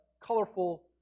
colorful